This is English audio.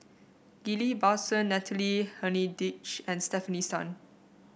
Ghillie Basan Natalie Hennedige and Stefanie Sun